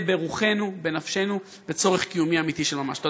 זה ברוחנו, בנפשנו וצורך קיומי אמיתי, של ממש.